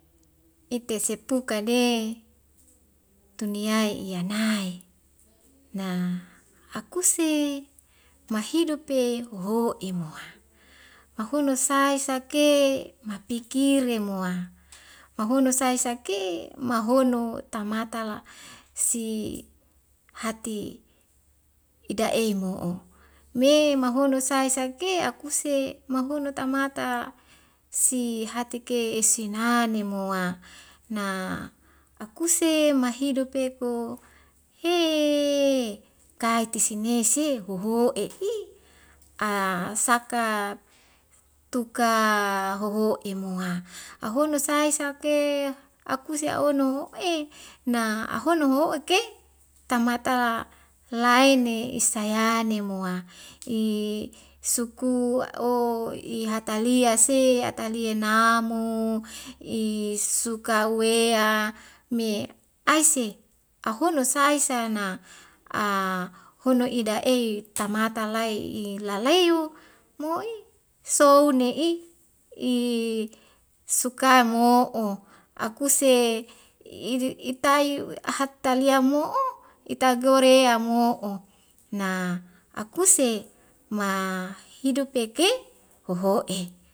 Ete sepuka de tuni yai iya nai na akuse mahidup pe hoho'e moa mahono sai sa ke mapikire moa mahono sae sake mahono tamata la' si hati ida'e mo'o me mahono sai sake akuse mahono tamata si hatike sinane moa na akuse mahidupe ko heeeee kaiti sinese hoho'e'i a saka tuka hoho'e moa ahono sae sake akuse a'ono oe na ahono ho'eke tamata lae ne isayane moa i sukua o ihatalia se atalia na mu i suka wea me aise ahono sae sa na a hono ida'e tamata lai i lalai u mu'i soune i i suka mou'o akuse idu itai uhatalia mo'o itagorea mo'o na akuse ma hidupeke hoho'e